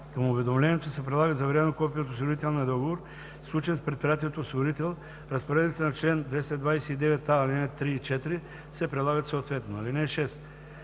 Към уведомлението се прилага заверено копие от осигурителния договор, сключен с предприятието осигурител. Разпоредбите на чл. 229а, ал. 3 и 4 се прилагат съответно.